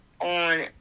on